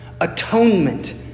atonement